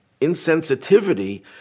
insensitivity